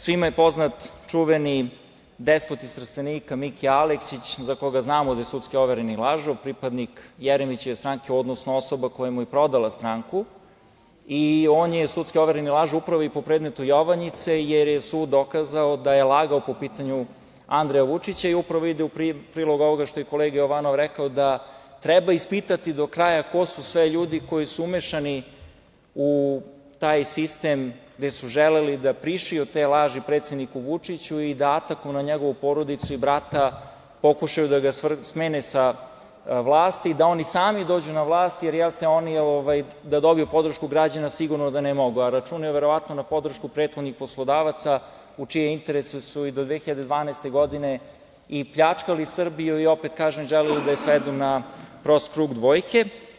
Svima je poznat čuveni despot iz Trstenika Mika Aleksić za koga znamo da je sudski overeni lažov, pripadnik Jeremićeve stranke, odnosno osoba koja mu je i prodala stranku i on je sudski overeni lažov pravo i po predmetu „Jovanjice“, jer je sud dokazao da je lagao po pitanju Andreja Vučića i upravo ide u prilog ovoga što je kolega Jovanov rekao da treba ispitati do kraja ko su sve ljudi koji su umešani u taj sistem gde su želeli da prišiju te laži predsedniku Vučiću i da atakuju na njegovu porodicu i brata, pokušaju da ga smene sa vlasti i da oni sami dođu na vlast, da dobiju podršku građana sigurno da ne mogu, a računaju verovatno na podršku prethodnih poslodavaca u čijem interesu su i do 2012. godine pljačkali Srbiju i opet želeli daje svedu na prost krug dvojke.